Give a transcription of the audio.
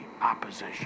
opposition